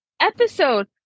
episode